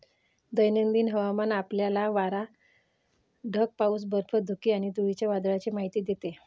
दैनंदिन हवामान आपल्याला वारा, ढग, पाऊस, बर्फ, धुके आणि धुळीच्या वादळाची माहिती देते